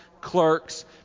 clerks